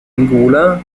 angola